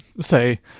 Say